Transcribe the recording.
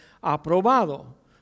aprobado